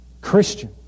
Christian